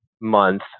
month